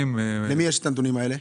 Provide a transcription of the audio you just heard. למי יש את הנתונים האלה?